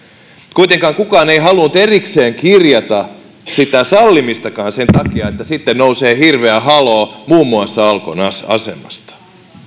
kuitenkaan kukaan ei halunnut erikseen kirjata sitä sallimistakaan sen takia että sitten nousee hirveä haloo muun muassa alkon asemasta